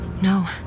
No